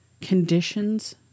conditions